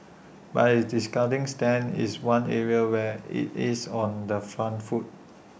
but its discounting stance is one area where IT is on the front foot